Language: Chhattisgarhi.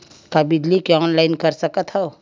का बिजली के ऑनलाइन कर सकत हव?